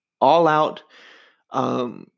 all-out